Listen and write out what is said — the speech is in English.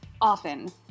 often